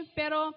pero